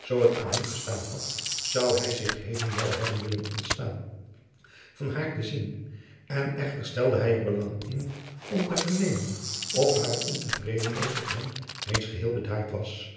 zoo het aan hem gestaan had zou hij zich heden wel hebben willen ontstaan van haar te zien adriaan loosjes pzn het leven van maurits lijnslager en echter stelde hij er belang in om te vernemen of hare ontevredenheid op hem reeds geheel bedaard was